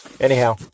anyhow